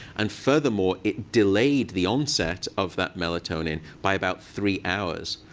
and furthermore, it delayed the onset of that melatonin by about three hours.